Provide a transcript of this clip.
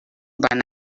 negar